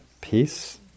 Peace